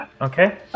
Okay